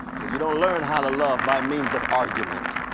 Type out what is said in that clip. cause you don't learn how to love by means of argument,